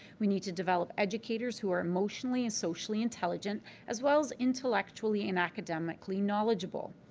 we need to develop educators who are emotionally and socially intelligent as well as intellectually and academically knowledgeable.